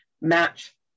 match